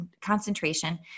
concentration